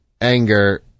anger